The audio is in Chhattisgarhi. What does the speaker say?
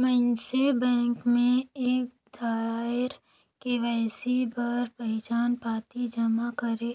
मइनसे बेंक में एक धाएर के.वाई.सी बर पहिचान पाती जमा करे